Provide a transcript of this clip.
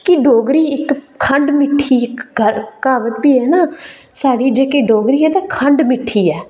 कियां कि डोगरी इक खंड मिठियां कहाबत बी है ना साढ़ी जेहकी डोगरी है ना खंड मिट्ठी ऐ